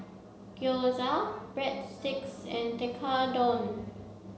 Gyoza Breadsticks and Tekkadon